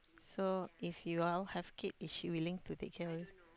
so if you are have kid is she willing to take care of you